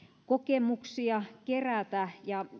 kokemuksia kerätä